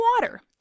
water